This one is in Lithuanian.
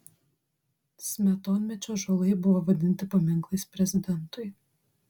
smetonmečiu ąžuolai buvo vadinti paminklais prezidentui